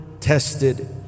tested